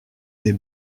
des